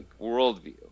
worldview